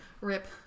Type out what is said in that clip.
Rip